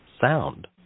sound